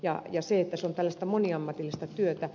ja että se on tällaista moniammatillista työtä